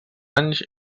anys